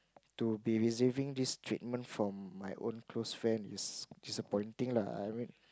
to be receiving this treatment from my own close friend is disappointing lah I mean